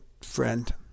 friend